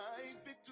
victory